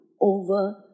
over